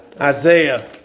Isaiah